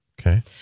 Okay